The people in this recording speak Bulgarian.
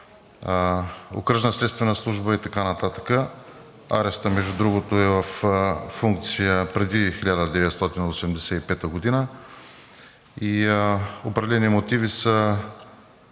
окръжна следствена служба и така нататък. Арестът, между другото, е във функция преди 1985 г. и определени мотиви са